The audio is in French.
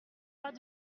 pas